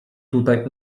tutaj